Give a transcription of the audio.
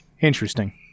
Interesting